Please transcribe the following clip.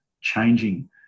changing